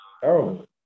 Terrible